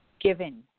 given